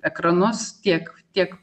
ekranus tiek tiek